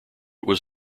was